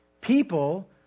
People